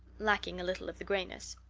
lacking a little of the grayness.